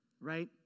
right